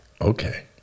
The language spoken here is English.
Okay